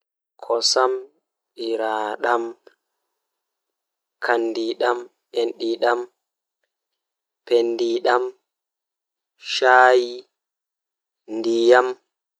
Woodi jiire, woodi kenkeso, woodi kurbanani, woodi buubi, woodi chufi, woodi mbonndi, woodi nyukuyaadere.